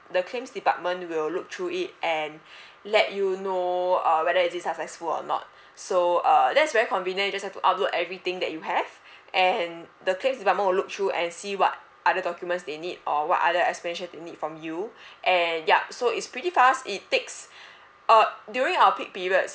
the claims department will look through it and let you know uh whether is it successful or not so uh that's very convenient you just have to upload everything that you have and the claims department will look through and see what other documents they need or what other explanation they need from you and yup so it's pretty fast it takes uh during our peak periods